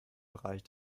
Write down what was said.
bereich